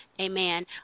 Amen